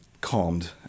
calmed